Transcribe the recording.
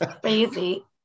crazy